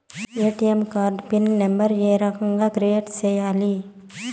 ATM card pin number ఏ రకంగా create సేయాలి